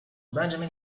benjamin